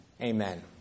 Amen